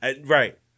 Right